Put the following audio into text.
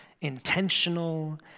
intentional